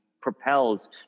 propels